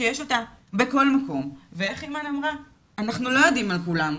שיש אותה בכל מקום ואיך אימאן אמרה "..אנחנו לא יודעים מה כולם..",